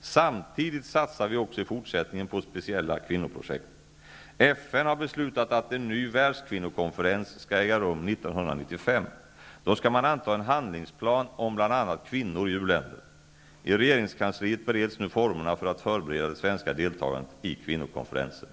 Samtidigt satsar vi också i fortsättningen på speciella kvinnoprojekt. FN har beslutat att en ny världskvinnokonferens skall äga rum 1995. Då skall man anta en handlingsplan om bl.a. kvinnor i uländer. I regeringskansliet bereds nu formerna för att förbereda det svenska deltagandet i kvinnokonferensen.